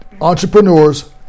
entrepreneurs